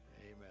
amen